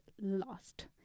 lost